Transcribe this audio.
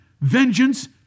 vengeance